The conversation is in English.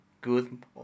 good